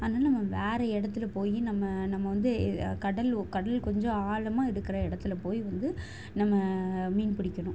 அதனால் நம்ம வேறு இடத்துல போய் நம்ம நம்ம வந்து கடல் கடல் கொஞ்சம் ஆழமாக இருக்கிற இடத்துல போய் வந்து நம்ம மீன் பிடிக்கணும்